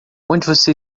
você